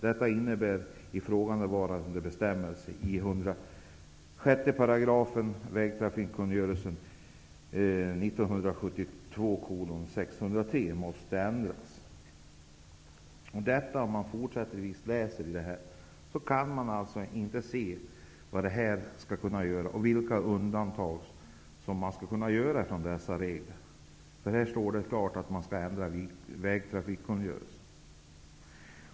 Detta innebär att ifrågavarande bestämmelser i 106 § vägtrafikkungörelsen Om man fortsätter att läsa kan man inte se vad detta skulle kunna innebära och vilka undantag man skulle kunna göra från dessa regler. Här står det tydligt att man skall ändra vägtrafikkungörelsen.